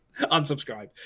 Unsubscribe